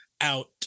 out